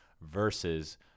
versus